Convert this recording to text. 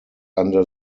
under